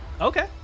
Okay